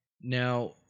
Now